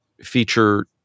feature